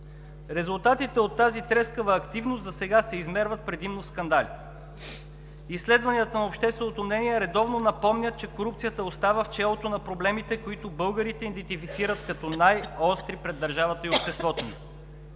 Резултатите от тази трескава активност засега се измерват предимно със скандали. Изследванията на общественото мнение редовно напомнят, че корупцията остава в челото на проблемите, които българите идентифицират като най-остри пред държавата и обществото ни.